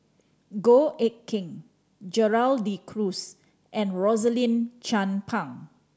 Goh Eck Kheng Gerald De Cruz and Rosaline Chan Pang